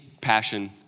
passion